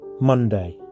Monday